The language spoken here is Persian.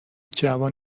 جوان